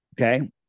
Okay